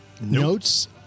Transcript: notes